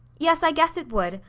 yes, i guess it would,